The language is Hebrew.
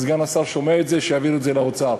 סגן השר שומע את זה, שיעביר את זה לאוצר.